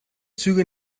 züge